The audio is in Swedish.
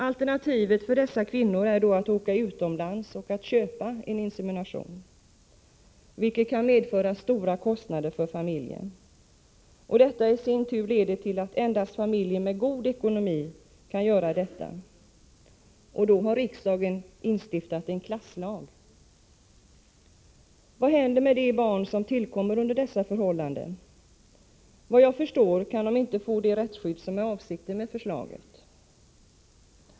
Alternativet för dessa kvinnor är att åka utomlands och ”köpa” en insemination, vilket kan medföra stora kostnader för familjen. Det leder i sin tur till att endast familjer med god ekonomi kan göra detta — och då har riksdagen instiftat en klasslag. Vad händer med barn som tillkommer under dessa förhållanden? Vad jag förstår kan de inte få det rättsskydd som är avsikten med förslaget.